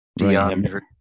DeAndre